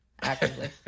Actively